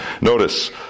Notice